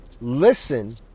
listen